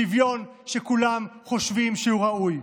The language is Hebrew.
שוויון שכולם חושבים שהוא ראוי.